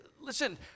Listen